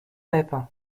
peipin